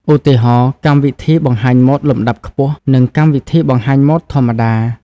ឧទាហរណ៍ កម្មវិធីបង្ហាញម៉ូដលំដាប់ខ្ពស់ និងកម្មវិធីបង្ហាញម៉ូដធម្មតា។